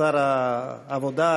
שר העבודה,